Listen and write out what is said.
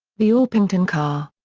the orpington car.